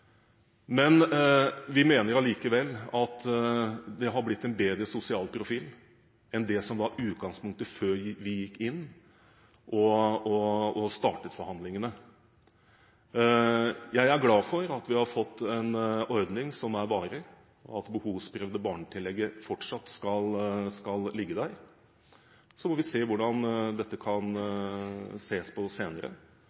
men vi mener likevel at det har blitt en bedre sosial profil enn det som var utgangspunktet før vi gikk inn og startet forhandlingene. Jeg er glad for at vi har fått en ordning som er varig, og at det behovsprøvde barnetillegget fortsatt skal ligge der, og så får vi se hvordan dette kan